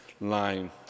line